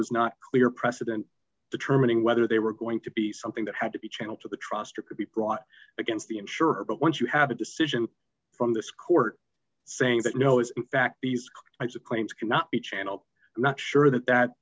was not clear precedent determining whether they were going to be something that had to be channeled to the trust or could be brought against the insurer but once you have a decision from this court saying that no is in fact these types of claims cannot be channelled i'm not sure that that